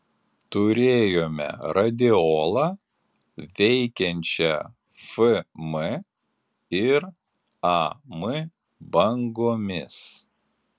turėjome radiolą veikiančią fm ir am bangomis